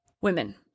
women